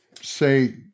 say